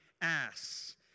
ass